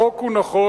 החוק הוא נכון.